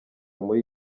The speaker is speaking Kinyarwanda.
muri